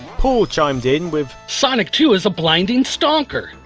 paul chimed in with sonic two is a blinding stonker!